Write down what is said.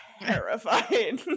terrified